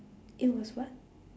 it was what